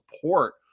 support